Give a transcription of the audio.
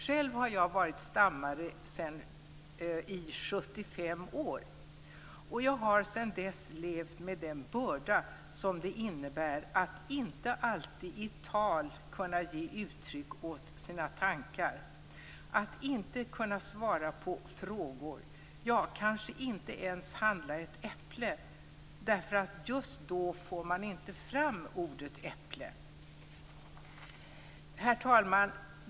Själv har jag varit stammare i 75 år, och jag har under den tiden levt med den börda som det innebär att inte alltid i tal kunna ge uttryck åt sina tankar, att inte kunna svara på frågor, ja, kanske inte ens handla ett äpple, därför att just då får man inte fram ordet "äpple". Herr talman!